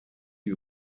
die